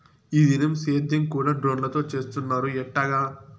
ఈ దినం సేద్యం కూడ డ్రోన్లతో చేస్తున్నారు ఎట్టాగా